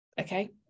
okay